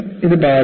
ഇത് പാടില്ല